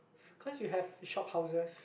cause you have shophouses